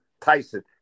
Tyson